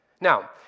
Now